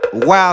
Wow